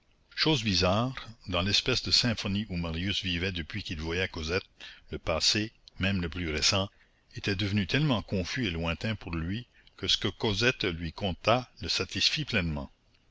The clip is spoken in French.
chose bizarre dans l'espèce de symphonie où marius vivait depuis qu'il voyait cosette le passé même le plus récent était devenu tellement confus et lointain pour lui que ce que cosette lui conta le satisfit pleinement